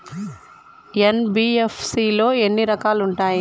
NBFC లో ఎన్ని రకాలు ఉంటాయి?